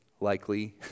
likely